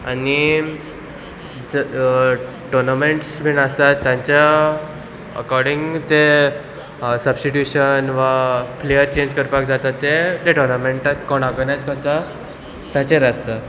आनी टोर्नामेंट्स बीन आसतात तांच्या अकोर्डींग ते सबस्टिट्यूशन वा प्लेयर चेंज करपाक जाता ते ते टोर्नामेंटाक कोण ऑर्गनायज करता ताचेर आसता